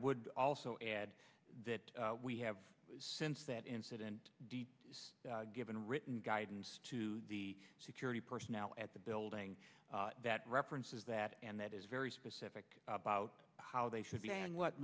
would also add that we have since that incident given written guidance to the security personnel at the building that references that and that is very specific about how they should be and what